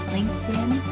LinkedIn